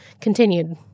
continued